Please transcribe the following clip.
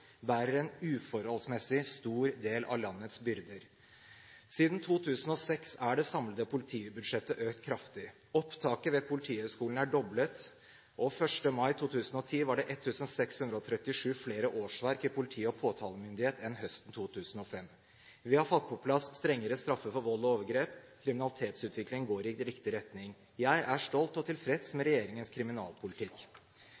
en uforholdsmessig stor del av landets byrder. Siden 2006 er det samlede politibudsjettet økt kraftig. Opptaket ved Politihøgskolen er doblet, og 1. mai 2010 var det 1 637 flere årsverk i politi og påtalemyndighet enn høsten 2005. Vi har fått på plass strengere straffer for vold og overgrep, kriminalitetsutviklingen går i riktig retning. Jeg er stolt over og tilfreds med